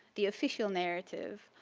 the official narrative,